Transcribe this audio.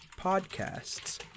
podcasts